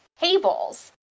tables